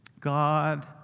God